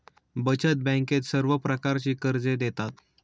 बचत बँकेत सर्व प्रकारची कर्जे देतात